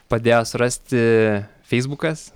padėjo surasti feisbukas